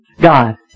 God